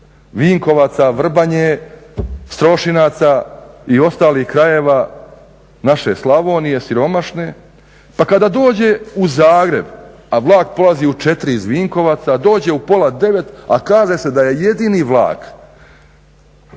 Vinkovaca, Vrbanje, Strošinaca i ostalih krajeve naše Slavonije siromašne, pa kada dođe u Zagreb, a vlak polazi u 4,00 iz Vinkovaca dolazi u pola 9, a kaže se da je jedini vlak